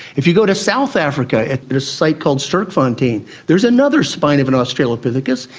if you go to south africa at a site called sterkfontein, there's another spine of an australopithecus,